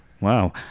Wow